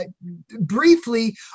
Briefly